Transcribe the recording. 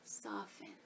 Soften